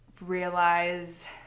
realize